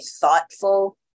thoughtful